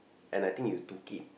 and I think you took it